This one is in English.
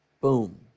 boom